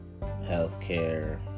healthcare